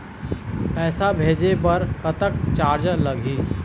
पैसा भेजे बर कतक चार्ज लगही?